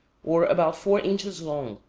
or about four inches long,